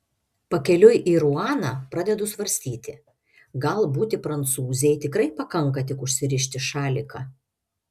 pakeliui į ruaną pradedu svarstyti gal būti prancūzei tikrai pakanka tik užsirišti šaliką